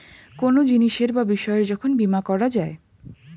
কোনো জিনিসের বা বিষয়ের যখন বীমা করা যায়